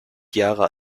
jahre